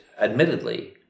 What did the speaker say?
admittedly